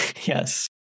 Yes